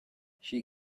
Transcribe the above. she